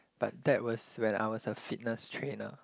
but that was when I was a fitness trainer